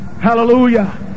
Hallelujah